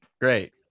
Great